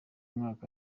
mwaka